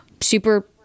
Super